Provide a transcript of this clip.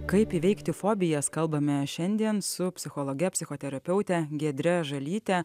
kaip įveikti fobijas kalbame šiandien su psichologe psichoterapeute giedre žalyte